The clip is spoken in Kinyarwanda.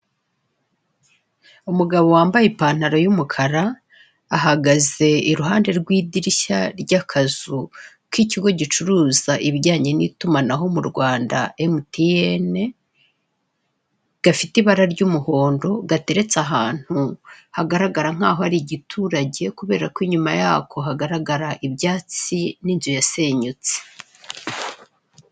Umugabo wambaye ipantaro y'umukara, ahagaze iruhande rw'idirishya ry'akazu k'ikigo gicuruza ibijyanye n'itumanaho mu Rwanda Emutiyeni, gafite ibara ry'umuhondo, gateretse ahantu hagaragara nk'aho ari igiturage kubera ko inyuma yako hagaragara ibyatsi n'inzu yasenyutse.